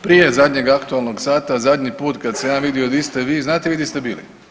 Prije zadnjeg aktualnog sata zadnji put kad sam ja vidio di ste vi znate vi di ste bili?